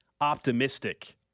optimistic